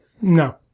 No